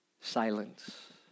silence